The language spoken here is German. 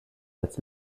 als